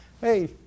Hey